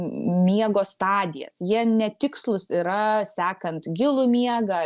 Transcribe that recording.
miego stadijas jie netikslūs yra sekant gilų miegą